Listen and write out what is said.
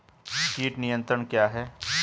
कीट नियंत्रण क्या है?